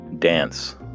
dance